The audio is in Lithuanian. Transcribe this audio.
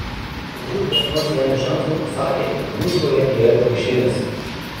turbūt kas nors jam iš anksto pasakė kad gūžtoje yra kiaušinis